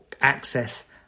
access